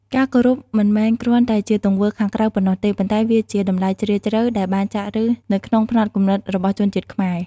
ការគោរពមិនមែនគ្រាន់តែជាទង្វើខាងក្រៅប៉ុណ្ណោះទេ ប៉ុន្តែវាជា តម្លៃជ្រាលជ្រៅ ដែលបានចាក់ឫសនៅក្នុងផ្នត់គំនិតរបស់ជនជាតិខ្មែរ។